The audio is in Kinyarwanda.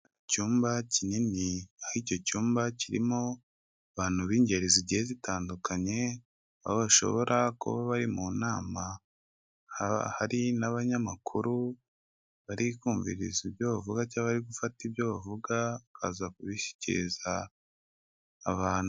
Icyumba kinini aho icyo cyumba kirimo abantu b'ingeri zigiye zitandunye aho bashobora kuba bari mu nama, haba hari n'abanyemakuru bari kumviriza ibyo bavuga cyangwa bari gufata ibyo bavuga bakaza kubishikiriza abantu